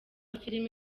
filime